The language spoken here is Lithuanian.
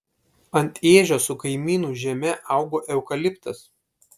ant ežios su kaimynų žeme augo eukaliptas